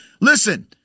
Listen